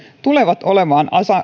tulevat olemaan